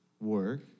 work